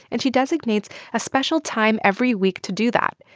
and she designates a special time every week to do that.